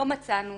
לא מצאנו